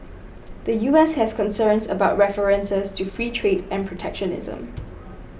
the U S has concerns about references to free trade and protectionism